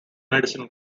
medicine